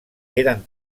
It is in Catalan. eren